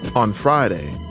on friday,